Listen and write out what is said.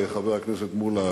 חבר הכנסת מולה,